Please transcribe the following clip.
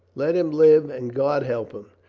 let him live and god help him.